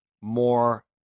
more